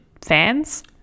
fans